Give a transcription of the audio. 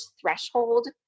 threshold